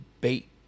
bait